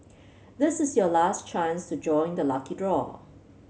this is your last chance to join the lucky draw